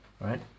right